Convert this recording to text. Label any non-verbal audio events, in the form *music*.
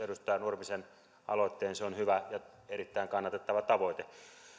*unintelligible* edustaja nurmisen aloitteen se on hyvä ja erittäin kannatettava tavoite